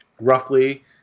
roughly